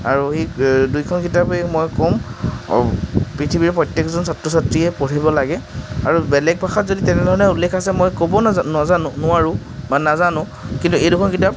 আৰু সেই দুয়োখন কিতাপেই মই ক'ম পৃথিৱীৰ প্ৰত্য়েকজন ছাত্ৰ ছাত্ৰীয়ে পঢ়িব লাগে আৰু বেলেগ ভাষাত যদি তেনেধৰণে উল্লেখ আছে মই ক'ব নাজা নাজানো নোৱাৰোঁ বা নাজানো কিন্তু এই দুখন কিতাপ